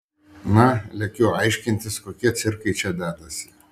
na lekiu aiškintis kokie cirkai čia dedasi